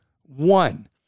One